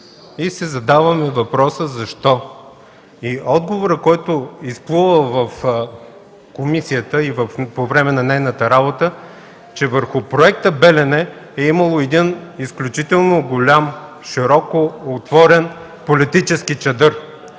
И си задаваме въпроса: защо? Отговорът, който изплува в комисията по време на нейната работа, е, че е имало изключително голям, широко отворен политически чадър,